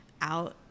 out